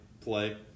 play